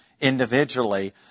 individually